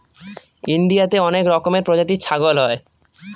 ইন্ডিয়াতে অনেক রকমের প্রজাতির ছাগল হয়